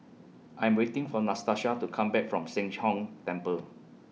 I'm waiting For Natasha to Come Back from Sheng Hong Temple